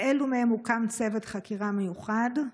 1. באילו מהם הוקם צוות חקירה מיוחד?